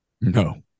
No